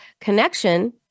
connection